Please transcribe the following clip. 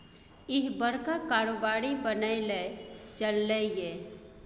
इह बड़का कारोबारी बनय लए चललै ये